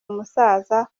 umusaza